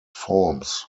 forms